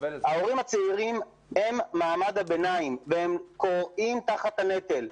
ההורים הצעירים הם מעמד הביניים והם כורעים תחת הנטל.